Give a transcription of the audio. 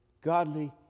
Godly